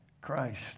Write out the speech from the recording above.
Christ